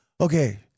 Okay